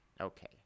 Okay